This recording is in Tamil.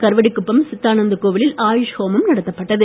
கருவடிக்குப்பம் சித்தானந்த கோவிலில் ஆயுஷ் ஹோம ம் நடத்தப்பட்டது